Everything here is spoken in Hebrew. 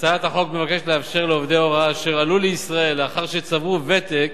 הצעת החוק מבקשת לאפשר לעובדי הוראה אשר עלו לישראל לאחר שצברו ותק